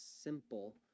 simple